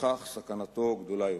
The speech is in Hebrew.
ובכך סכנתו גדולה יותר.